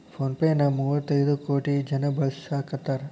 phone pay ನ ಮುವ್ವತೈದ್ ಕೋಟಿ ಜನ ಬಳಸಾಕತಾರ